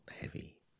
heavy